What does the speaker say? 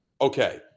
Okay